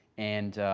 and